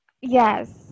Yes